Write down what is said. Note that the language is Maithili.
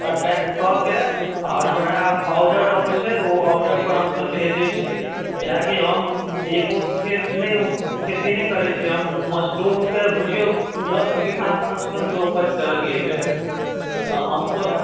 पैक कऽ कए हमरा औडर अबै छै तँ ओ औडर पर हमसब भेजै छियै किएकि हम एगो खेत नहि खेती नहि करै छियै हम मशूरूमके बुझियौ दस बीघामे मशरूमके उपज करलियै एहिबेर तँ हमसब